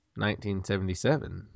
1977